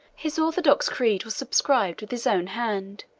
his orthodox creed was subscribed with his own hand,